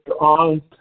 on